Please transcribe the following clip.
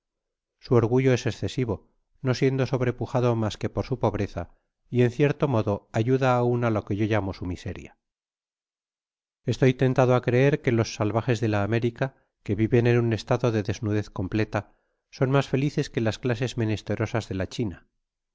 su orgullo es escesivo no siendo sobrepujado mas que por su pobreza y en cierto modo ayuda aun á lo que yo llamo su miseria estoy tentado á creer que los salvajes de la américa que viven en un estado de desnudez completa son mas felices que las clases menesterosas de la china